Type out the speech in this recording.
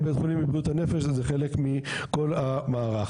בית חולים לבריאות הנפש זה חלק מכל המערך.